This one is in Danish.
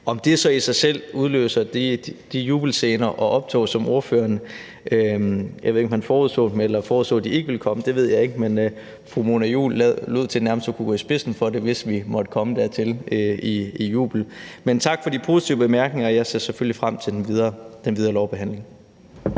Om det så i sig selv udløser de jubelscener og optog som fru Mona Juul enten forudså ville komme eller ikke ville komme, det ved jeg ikke, men fru Mona Juul lod til nærmest at kunne gå i spidsen for det, hvis vi måtte komme dertil. Tak for de positive bemærkninger. Jeg ser selvfølgelig frem til den videre lovbehandling.